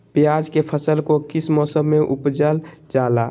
प्याज के फसल को किस मौसम में उपजल जाला?